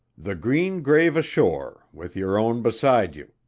the green grave ashore, with your own beside you